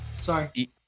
Sorry